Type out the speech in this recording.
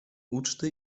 uczty